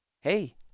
hey